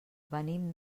venim